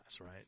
right